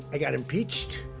got impeached.